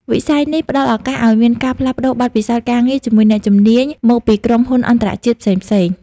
វិស័យនេះផ្តល់ឱកាសឱ្យមានការផ្លាស់ប្តូរបទពិសោធន៍ការងារជាមួយអ្នកជំនាញមកពីក្រុមហ៊ុនអន្តរជាតិផ្សេងៗ។